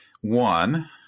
One